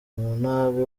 umunabi